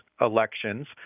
elections